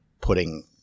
putting